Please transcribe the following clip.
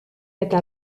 eta